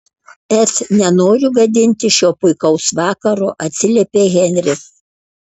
et nenoriu gadinti šio puikaus vakaro atsiliepė henris